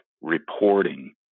reporting